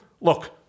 look